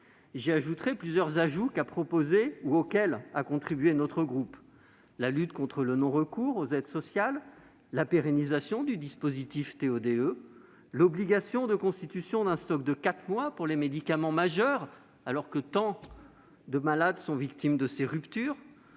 J'ajouterai plusieurs mesures qu'a proposées, ou auxquelles a contribué, notre groupe : la lutte contre le non-recours aux aides sociales ; la pérennisation du dispositif TO-DE ; l'obligation de constitution d'un stock de quatre mois pour les médicaments majeurs, alors que tant de malades sont victimes de ces ruptures